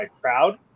crowd